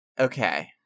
Okay